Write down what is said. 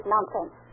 Nonsense